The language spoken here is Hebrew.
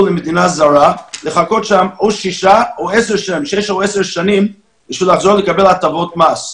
למדינה זרה לחכות שם או שש או עשר שנים כדי לחזור ולקבל הטבות מס.